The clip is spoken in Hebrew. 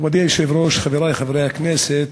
מכובדי היושב-ראש, חברי חברי הכנסת,